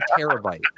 terabyte